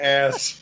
ass